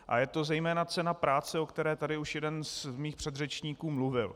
A je to zejména cena práce, o které tady už jeden z mých předřečníků mluvil.